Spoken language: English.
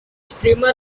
streamer